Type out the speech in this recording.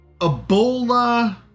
Ebola